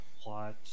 plot